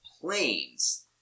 planes